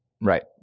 Right